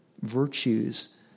virtues